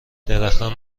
درختان